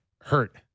hurt